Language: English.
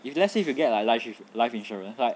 if let's say if you get like life life insurance like